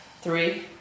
three